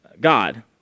God